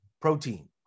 protein